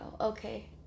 Okay